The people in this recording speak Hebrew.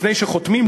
לפני שחותמים,